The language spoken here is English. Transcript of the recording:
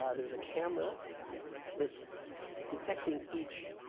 ah there's a camera that's detecting each